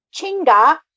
Chinga